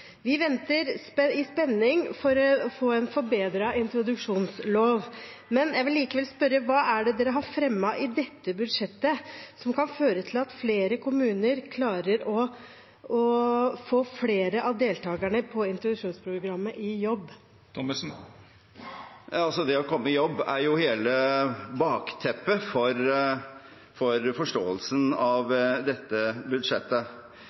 Vi venter i spenning på å få en forbedret introduksjonslov, men jeg vil likevel spørre: Hva er det dere har fremmet i dette budsjettet som kan føre til at flere kommuner klarer å få flere av deltakerne i introduksjonsprogrammet i jobb? Det å komme i jobb er hele bakteppet for forståelsen av dette budsjettet.